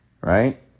right